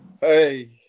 Hey